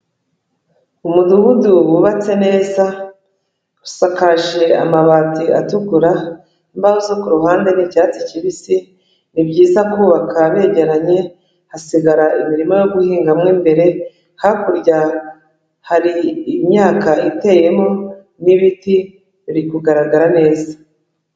Umudugudu wubatse neza, usakaje amabati atukura, imbaho zo ku ruhande ni icyatsi kibisi ni byiza kubaka begeranye, hasigara imirima yo guhingamo imbere, hakurya hari imyaka iteyemo n'ibiti biri kugaragara neza.